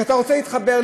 כשאתה רוצה להתחבר,